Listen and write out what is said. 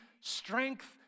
strength